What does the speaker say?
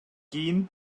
кийин